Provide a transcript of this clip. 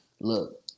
Look